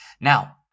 Now